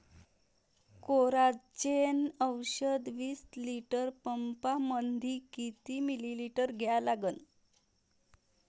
Coragen औषध विस litre पंपामंदी किती मिलीमिटर घ्या लागन?